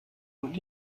und